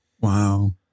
Wow